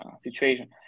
situation